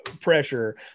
pressure